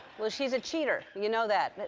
well, she's a cheater, you know that, but